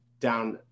down